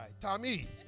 Tommy